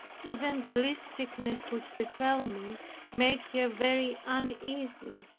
even the least sickness which befell me made her very uneasy.